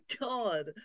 God